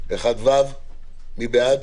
יעקב, אם אתה כל כך מודאג,